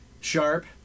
sharp